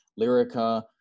lyrica